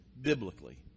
biblically